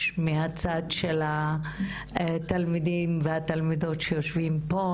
המצד של התלמידים והתלמידות שיושבים פה,